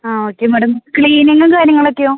ആ okay madam ക്ളീനിങ്ങും കാര്യങ്ങളൊക്കെയൊ